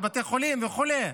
בבתי חולים וכו'